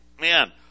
man